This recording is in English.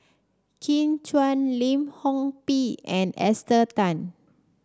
Kin Chui Lim Chor Pee and Esther Tan